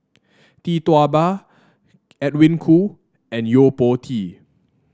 Tee Tua Ba Edwin Koo and Yo Po Tee